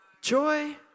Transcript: joy